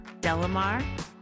Delamar